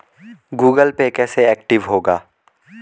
Google Pay कैसे active होगा?